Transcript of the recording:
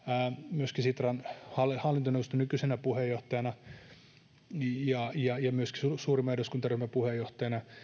myöskin sitran hallintoneuvoston nykyisenä puheenjohtajana ja ja myöskin suurimman eduskuntaryhmän puheenjohtajana